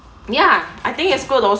yeah I think it's good al~